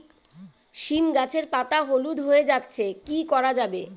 সীম গাছের পাতা হলুদ হয়ে যাচ্ছে কি করা যাবে?